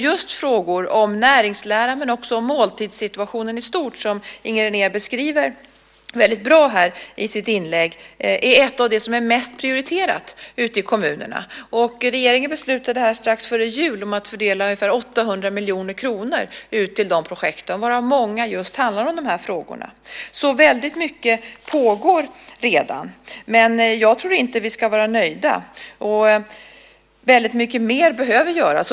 Just frågor om näringslära men också om måltidssituationen i stort, som Inger René beskriver väldigt bra här i sitt inlägg, är ett av de områden som är mest prioriterat ute i kommunerna. Regeringen beslutade strax före jul om att fördela ungefär 800 miljoner kronor till de projekten. Många av dem handlar om just de här frågorna. Väldigt mycket pågår alltså redan, men jag tror inte att vi ska vara nöjda. Väldigt mycket mer behöver göras.